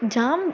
जाम